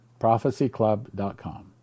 prophecyclub.com